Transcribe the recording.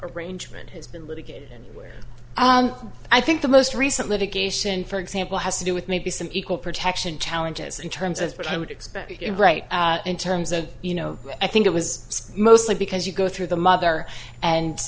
arrangement has been litigated and where i think the most recent litigation for example has to do with maybe some equal protection challenges in terms of what i would expect to get right in terms of you know i think it was mostly because you go through the mother and